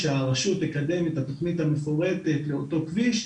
כשהרשות תקדם את התכנית המפורטת לאותו כביש,